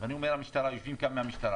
ואני אומר המשטרה, יושבים כאן מהמשטרה